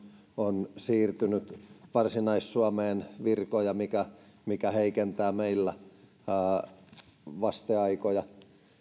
on siirtynyt virkoja varsinais suomeen mikä mikä heikentää meillä vasteaikoja